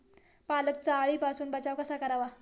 पालकचा अळीपासून बचाव कसा करावा?